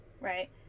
right